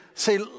say